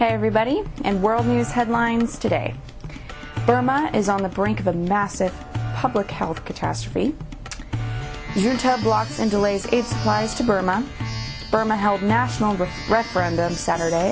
everybody and world news headlines today burma is on the brink of a massive public health catastrophe blocks and delays it's wise to burma burma held national referendum saturday